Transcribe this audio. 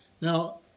Now